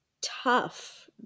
tough